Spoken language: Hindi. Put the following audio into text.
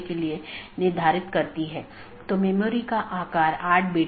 हम देखते हैं कि N1 R1 AS1 है यह चीजों की विशेष रीचाबिलिटी है